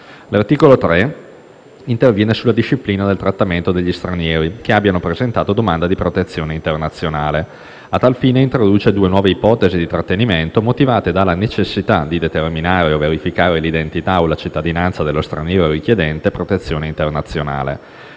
L'articolo 3 interviene sulla disciplina del trattenimento di stranieri che abbiano presentato domanda di protezione internazionale. A tal fine introduce due nuove ipotesi di trattenimento motivate dalla necessità di determinare o verificare l'identità o la cittadinanza dello straniero richiedente protezione internazionale.